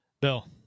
bill